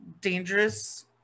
dangerous